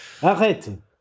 Arrête